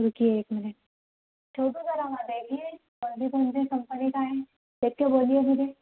رُکئیے ایک منٹ کون سی کمپنی کا ہے دیکھ کے بولیے مجھے